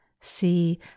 see